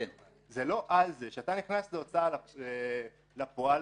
כשאתה נכנס להוצאה לפועל,